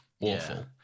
Awful